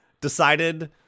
decided